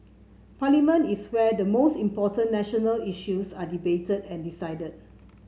parliament is where the most important national issues are debated and decided